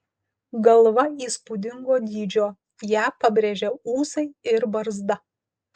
galva įspūdingo dydžio ją pabrėžia ūsai ir barzda